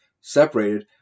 separated